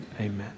Amen